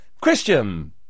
Christian